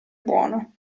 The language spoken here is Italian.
buono